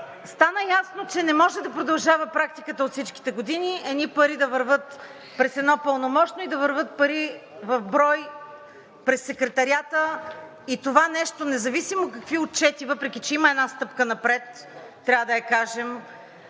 стана ясно, че не може да продължава практиката от всичките години едни пари да вървят през едно пълномощно и да вървят пари в брой през Секретариата, и това нещо независимо какви отчети, въпреки че има една стъпка напред, трябва да я кажем,